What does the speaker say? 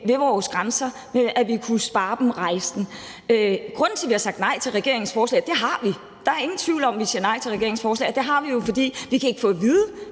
ved vores grænser, men at vi kunne spare dem rejsen. Grunden til, at vi har sagt nej til regeringens forslag – og det har vi; der er ingen tvivl om, at vi siger nej til regeringens forslag – er, at vi ikke kan få at vide,